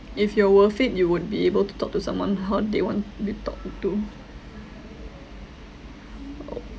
if you're worth it you would be able to talk to someone how they want to be talked to